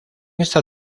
esta